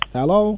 Hello